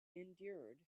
endured